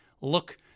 look